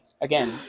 again